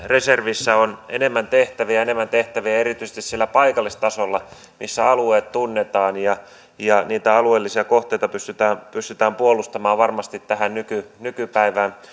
reservissä on enemmän tehtäviä erityisesti siellä paikallistasolla missä alueet tunnetaan ja ja niitä alueellisia kohteita pystytään pystytään puolustamaan varmasti tätä nykypäivää